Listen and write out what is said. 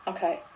Okay